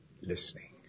listening